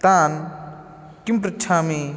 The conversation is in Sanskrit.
तान् किं पृच्छामि